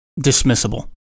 dismissible